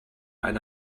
eine